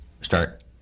start